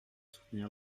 soutenir